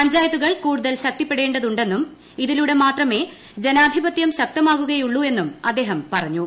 പഞ്ചായത്തുകൾ കൂടുതൽ ശക്തിപ്പെടേണ്ടതുണ്ടെന്നും ഇതിലൂടെ മാത്രമേ ജനാധിപത്യം ശക്തമാകുകയുള്ളൂ എന്നും അദ്ദേഹം പറഞ്ഞു